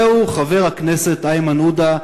זהו חבר הכנסת איימן עודה,